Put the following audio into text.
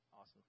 Awesome